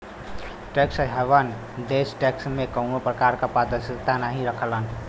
tax haven देश tax में कउनो प्रकार क पारदर्शिता नाहीं रखलन